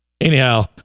anyhow